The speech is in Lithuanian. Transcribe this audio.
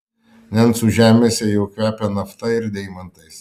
nencų žemėse jau kvepia nafta ir deimantais